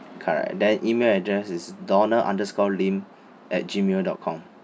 correct then email address is donald underscore lim at gmail dot com